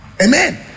Amen